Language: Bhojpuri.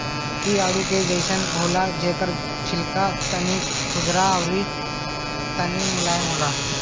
इ आडू के जइसन होला जेकर छिलका तनी खुरदुरा अउरी तनी मुलायम होला